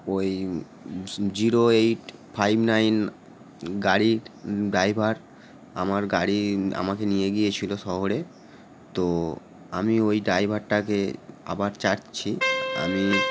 ওই zero eight five nine গাড়ির driver আমার গাড়ি আমাকে নিয়ে গিয়েছিল শহরে তো আমি ওই ড্রাইভারটাকে আবার চাইছি আমি